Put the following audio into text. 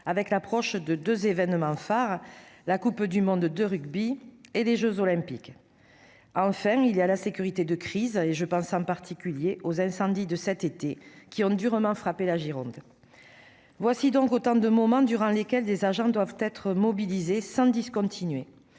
à l'approche de deux événements phares : la Coupe du monde de rugby et les jeux Olympiques. En troisième lieu, il y a la sécurité de crise : je pense en particulier aux incendies de cet été, qui ont durement frappé la Gironde. Durant ces moments, les agents doivent être mobilisés sans discontinuer.